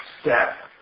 step